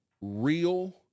Real